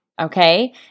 Okay